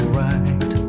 right